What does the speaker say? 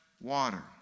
water